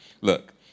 look